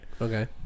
Okay